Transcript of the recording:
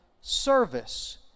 service